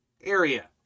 area